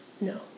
No